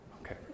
Okay